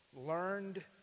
learned